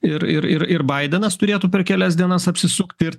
ir ir ir ir baidenas turėtų per kelias dienas apsisukti ir